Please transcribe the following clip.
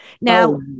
Now